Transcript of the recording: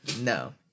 No